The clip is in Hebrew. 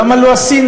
למה לא עשינו,